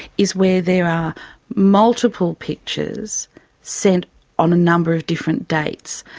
is where there are multiple pictures sent on a number of different dates.